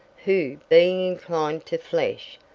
who, being inclined to flesh,